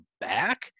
back